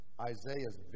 Isaiah's